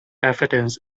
evidence